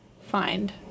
find